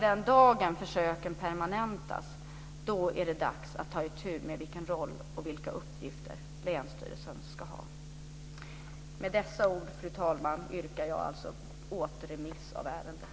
Den dagen då försöken permanentas är det dags att ta itu med vilken roll och vilka uppgifter länsstyrelsen ska ha. Fru talman! Med dessa ord yrkar jag alltså återremiss av ärendet.